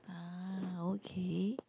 uh okay